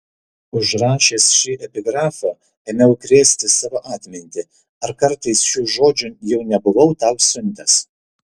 užrašęs šį epigrafą ėmiau krėsti savo atmintį ar kartais šių žodžių jau nebuvau tau siuntęs